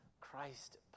Christ